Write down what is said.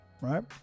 right